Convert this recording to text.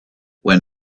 when